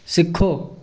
ਸਿੱਖੋ